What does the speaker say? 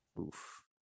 Oof